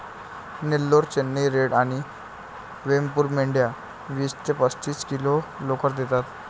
Nellore, Chennai red आणि वेमपूर मेंढ्या वीस ते पस्तीस किलो लोकर देतात